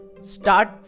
start